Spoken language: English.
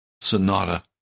Sonata